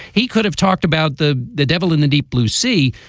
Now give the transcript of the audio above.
he could have talked about the the devil and the deep blue sea.